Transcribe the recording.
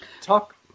Talk